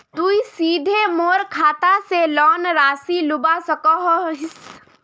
तुई सीधे मोर खाता से लोन राशि लुबा सकोहिस?